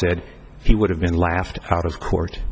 said he would have been laughed out of court